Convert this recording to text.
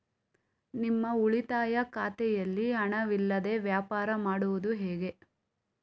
ನಮ್ಮ ಉಳಿತಾಯ ಖಾತೆಯಲ್ಲಿ ಹಣವಿಲ್ಲದೇ ವ್ಯವಹಾರ ಮಾಡುವುದು ಹೇಗೆ?